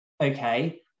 okay